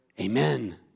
Amen